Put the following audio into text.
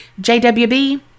jwb